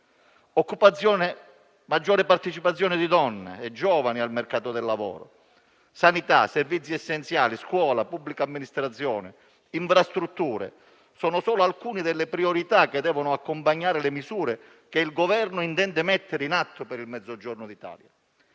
Occupazione, maggiore partecipazione di donne e giovani al mercato del lavoro, sanità, servizi essenziali, scuola, pubblica amministrazione e infrastrutture sono solo alcune delle priorità che devono accompagnare le misure che il Governo intende mettere in atto per il Mezzogiorno d'Italia.